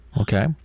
Okay